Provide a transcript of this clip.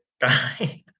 guy